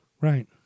Right